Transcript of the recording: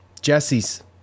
Jesse's